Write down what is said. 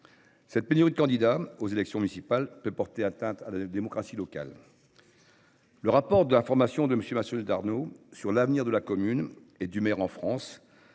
Cette pénurie de candidats aux élections municipales peut porter atteinte à la démocratie locale. Ainsi, selon le rapport d’information de Mathieu Darnaud sur l’avenir de la commune et du maire en France,